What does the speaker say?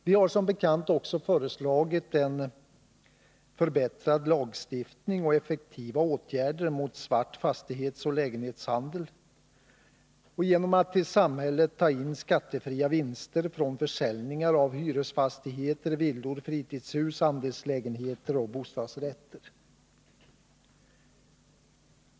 Vi har som bekant också föreslagit en förbättrad lagstiftning och effektiva åtgärder mot svart fastighetsoch lägenhetshandel genom att till samhället ta in skattefria vinster från försäljningar av hyresfastigheter, villor, fritidshus, andelslägenheter och bostadsrätter.